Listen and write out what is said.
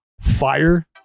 fire